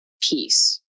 peace